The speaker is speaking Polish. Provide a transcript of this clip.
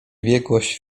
biegłość